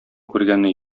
күргәне